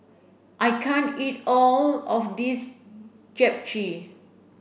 I can't eat all of this Japchae